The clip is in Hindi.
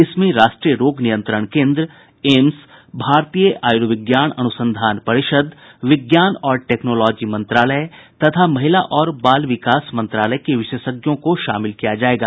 इसमें राष्ट्रीय रोग नियंत्रण केन्द्र एम्स भारतीय आयुर्विज्ञान अनुसंधान परिषद विज्ञान और टैक्नोलॉजी मंत्रालय तथा महिला और बाल विकास मंत्रालय के विशेषज्ञों को शामिल किया जाएगा